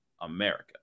america